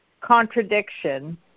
contradiction